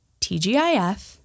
TGIF